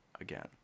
again